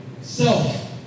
self